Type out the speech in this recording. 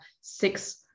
six